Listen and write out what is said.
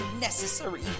necessary